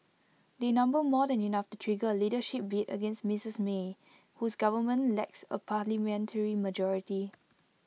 they number more than enough to trigger A leadership bid against Mrs may whose government lacks A parliamentary majority